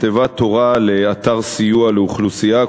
נכתבה תורה לאתר סיוע לאוכלוסייה,